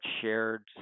shared